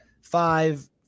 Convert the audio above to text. five